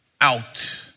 out